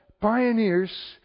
pioneers